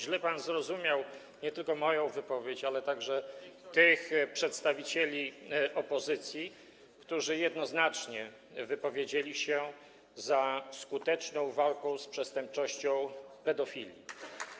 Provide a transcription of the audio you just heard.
Źle pan zrozumiał nie tylko moją wypowiedź, ale także tych przedstawicieli opozycji, którzy jednoznacznie opowiedzieli się za skuteczną walką z przestępczością pedofilii.